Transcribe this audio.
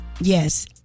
Yes